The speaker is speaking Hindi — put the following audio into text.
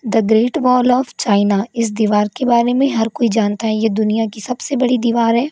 the great wall of China इस दीवार के बारे में हर कोई जानता है यह दुनिया की सबसे बड़ी दीवार है